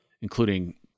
including